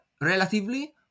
relatively